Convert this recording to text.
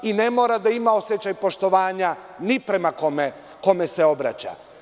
Ne mora da ima osećaj poštovanja ni prema kome kome se obraća.